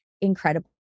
incredible